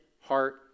heart